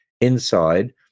inside